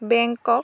Bangkok